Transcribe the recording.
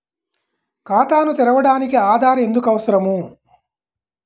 ఖాతాను తెరవడానికి ఆధార్ ఎందుకు అవసరం?